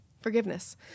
forgiveness